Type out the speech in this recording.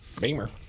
Beamer